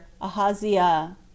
Ahaziah